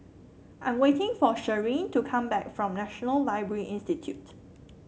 I'm waiting for Cheryll to come back from National Library Institute